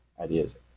ideas